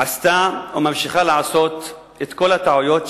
עשתה וממשיכה לעשות את כל הטעויות,